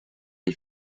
les